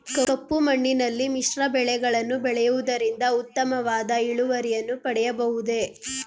ಕಪ್ಪು ಮಣ್ಣಿನಲ್ಲಿ ಮಿಶ್ರ ಬೆಳೆಗಳನ್ನು ಬೆಳೆಯುವುದರಿಂದ ಉತ್ತಮವಾದ ಇಳುವರಿಯನ್ನು ಪಡೆಯಬಹುದೇ?